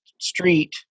street